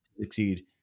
succeed